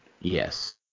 Yes